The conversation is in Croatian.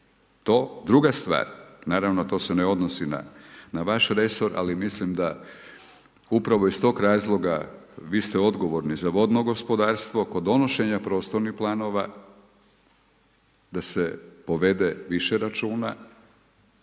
To, druga stvar, naravno to se ne odnosi na vaš resor ali mislim da upravo iz tog razloga, vi ste odgovorni za vodno gospodarstvo, kod donošenja prostornih planova da se povede više računa